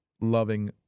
loving